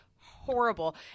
horrible